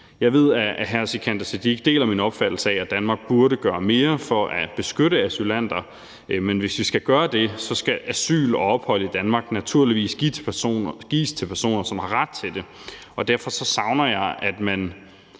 Jeg ved, at hr. Sikandar Siddique deler min opfattelse af, at Danmark burde gøre mere for at beskytte asylanter, men hvis vi skal gøre det, skal asyl og ophold i Danmark naturligvis gives til personer, som har ret til det. Derfor savner jeg, at man